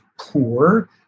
poor